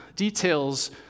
Details